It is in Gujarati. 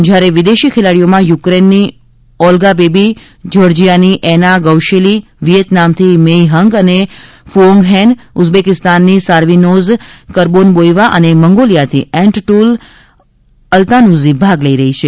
જયારે વિદેશી ખેલાડીઓમાં યુક્રેનની ઓલ્ગા બેબી જયોર્જિયાની એના ગવશેલી વિયેતનામથી મેઇ હન્ગ અને ફુઓન્ગ ફેન ઉઝબેકિસ્તાનની સારવીનોઝ કર્બોનલોઇવા અને મંગોલિયાથી એન્કટુલ અલ્તાનુઝી ભાગ લઇ રહી છે